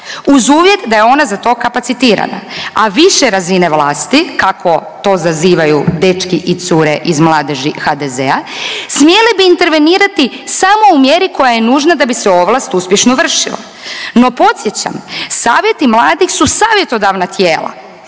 uz uvjet da je ona za to kapacitirana, a više razine vlasti kako to zazivaju dečki i cure iz mladeži HDZ-a smjele bi intervenirati samo u mjeri koja je nužna da bi se ovlast uspješno vršila. No podsjećam, savjeti mladih su savjetodavna tijela.